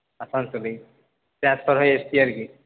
আসানসোলেই transfer হয়ে এসেছি আর কি